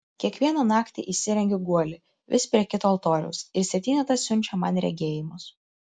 kiekvieną naktį įsirengiu guolį vis prie kito altoriaus ir septynetas siunčia man regėjimus